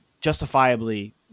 justifiably